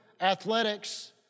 athletics